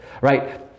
right